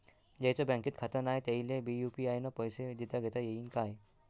ज्याईचं बँकेत खातं नाय त्याईले बी यू.पी.आय न पैसे देताघेता येईन काय?